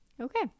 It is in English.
okay